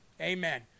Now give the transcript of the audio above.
Amen